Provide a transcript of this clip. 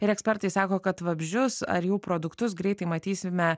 ir ekspertai sako kad vabzdžius ar jų produktus greitai matysime